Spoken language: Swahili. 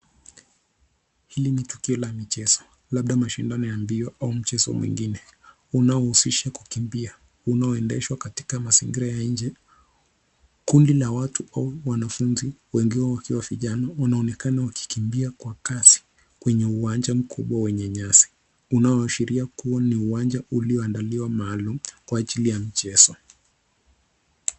Hili ni tukio la michezo, labda mashindano ya mbio au mchezo mwingine unaohusisha kukimbia, unaoendeshwa katika mazingira ya nje. Kundi la watu au wanafunzi, wengi wao wakiwa vijana, wanaonekana wakikimbia kwa kasi kwenye uwanja mkubwa wenye nyasi, unaoashiria kuwa ni uwanja ulioandaliwa maalum kwa ajili ya michezo.